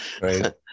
right